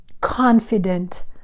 confident